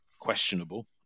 questionable